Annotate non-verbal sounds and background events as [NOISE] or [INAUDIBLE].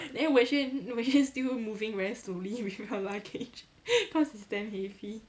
then wenxuan wenxuan still moving very slowly with your luggage [LAUGHS] cause it's damn heavy